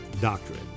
doctrine